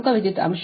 997 ಆಗಿದೆ